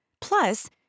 Plus